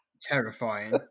terrifying